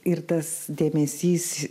ir tas dėmesys